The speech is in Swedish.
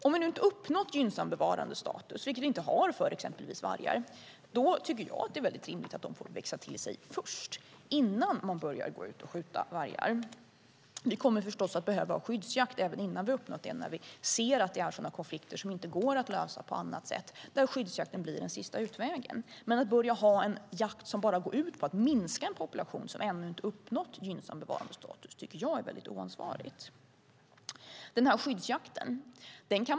Om vi inte uppnått gynnsam bevarandestatus, vilket vi inte har för exempelvis varg, är det rimligt att vargarna får växa till sig innan man börjar gå ut och skjuta dem. Vi kommer förstås att behöva ha skyddsjakt även innan vi har uppnått det, när vi ser att det är sådana konflikter som inte går att lösa på annat sätt och skyddsjakten blir den sista utvägen. Men att börja ha en jakt som bara går ut på att minska en population som ännu inte uppnått gynnsam bevarandestatus är oansvarigt.